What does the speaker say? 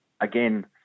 again